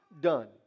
done